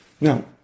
Now